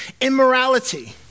immorality